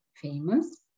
famous